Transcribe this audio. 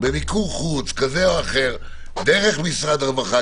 במיקור חוץ כזה או אחר דרך משרד הרווחה?